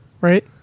Right